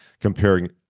comparing